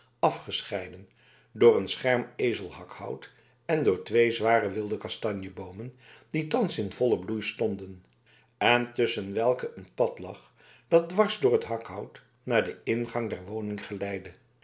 afgescheiden door een scherm elzenhakhout en door twee zware wilde kastanjeboomen die thans in vollen bloei stonden en tusschen welke het pad lag dat dwars door het hakhout naar den ingang der woning geleidde